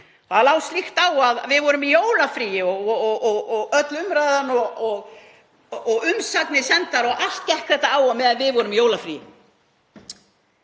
Það lá slíkt á að við vorum í jólafríi og öll umræðan og umsagnir sendar og allt gekk þetta á á meðan við vorum í jólafríi